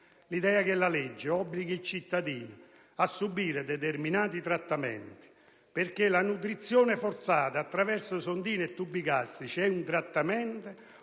«L'idea che la legge obblighi il cittadino a subire determinati trattamenti - perché la nutrizione forzata attraverso sondini o tubi gastrici è un trattamento